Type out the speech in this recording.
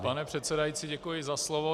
Pane předsedající, děkuji za slovo.